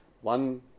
One